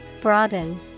Broaden